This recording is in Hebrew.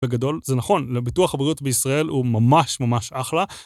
בגדול זה נכון, לביטוח הבריאות בישראל הוא ממש ממש אחלה.